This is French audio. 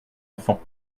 enfant